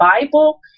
Bible